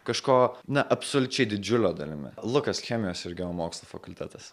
kažko na absoliučiai didžiulio dalimi lukas chemijos ir geomokslų fakultetas